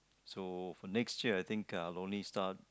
so for next year I think I'll only start